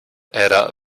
era